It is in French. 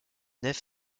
nef